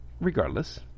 regardless